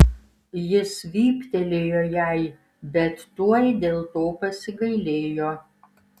jis vyptelėjo jai bet tuoj dėl to pasigailėjo